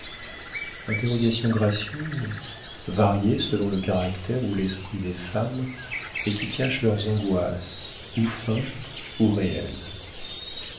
interrogations gracieuses variées selon le caractère ou l'esprit des femmes et qui cachent leurs angoisses ou feintes ou réelles